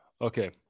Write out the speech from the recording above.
Okay